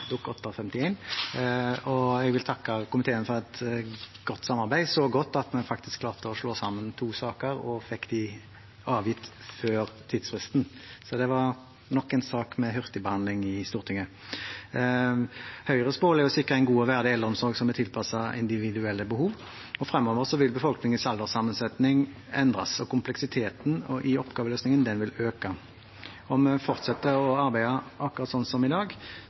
godt at vi faktisk klarte å slå sammen to saker og fikk avgitt innstillinger før tidsfristen. Det var nok en sak med hurtigbehandling i Stortinget. Høyres mål er å sikre en god og verdig eldreomsorg som er tilpasset individuelle behov. Fremover vil befolkningens alderssammensetning endres, og kompleksiteten i oppgaveløsningen vil øke. Om vi fortsetter å arbeide akkurat som i dag,